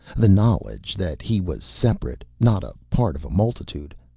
the knowledge that he was separate, not a part of a multitude.